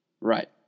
Right